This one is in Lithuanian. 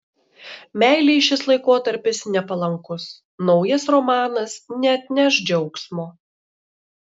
meilei šis laikotarpis nepalankus naujas romanas neatneš džiaugsmo